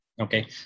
Okay